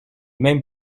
mêmes